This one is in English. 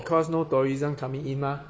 because no tourism coming in mah